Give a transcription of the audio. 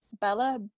bella